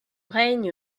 règne